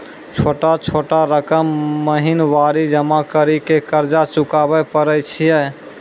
छोटा छोटा रकम महीनवारी जमा करि के कर्जा चुकाबै परए छियै?